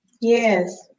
Yes